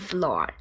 Floor